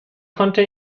konnte